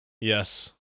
Yes